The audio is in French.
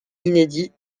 inédit